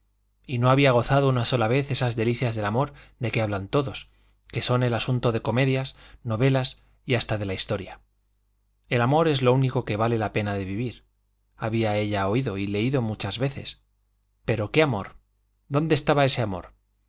y no había gozado una sola vez esas delicias del amor de que hablan todos que son el asunto de comedias novelas y hasta de la historia el amor es lo único que vale la pena de vivir había ella oído y leído muchas veces pero qué amor dónde estaba ese amor